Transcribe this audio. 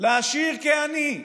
לעשיר כעני,